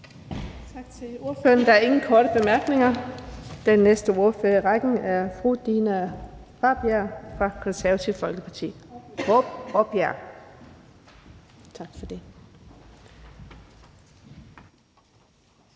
Tak til ordføreren. Der er ingen korte bemærkninger. Næste ordfører i rækken er fru Dina Raabjerg fra Det Konservative Folkeparti. Kl. 10:47 (Ordfører)